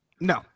No